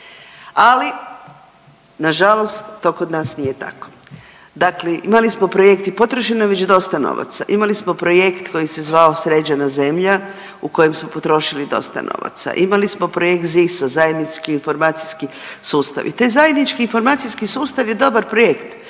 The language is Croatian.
ali nažalost to kod nas nije tako. Dakle imali smo projekt i potrošeno je već dosta novaca, imali smo projekt koji se zvao „sređena zemlja“ u kojem smo potrošili dosta novaca, imali smo projekt ZIS-a, Zajednički informacijski sustav i taj zajednički informacijski sustav je dobar projekt